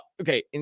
okay